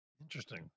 Interesting